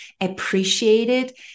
appreciated